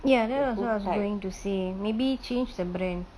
ya that was what I was going to say maybe change the brand